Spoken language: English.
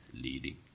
leading